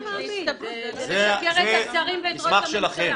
לא להאמין, זה לשקר את השרים ואת ראש הממשלה.